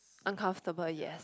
uncomfortable yes